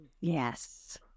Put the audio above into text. Yes